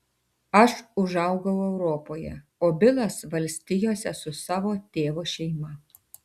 aš užaugau europoje o bilas valstijose su savo tėvo šeima